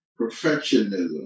Perfectionism